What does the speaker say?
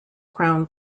crown